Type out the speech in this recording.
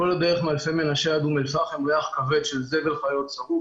כל הדרך מאלפי מנשה עד אום אל פאחם ריח כבד של זבל חיות שרוף,